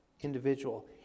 individual